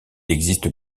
existe